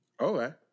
Okay